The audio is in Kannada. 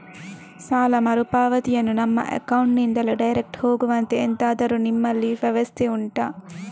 ಸಾಲ ಮರುಪಾವತಿಯನ್ನು ನಮ್ಮ ಅಕೌಂಟ್ ನಿಂದಲೇ ಡೈರೆಕ್ಟ್ ಹೋಗುವಂತೆ ಎಂತಾದರು ನಿಮ್ಮಲ್ಲಿ ವ್ಯವಸ್ಥೆ ಉಂಟಾ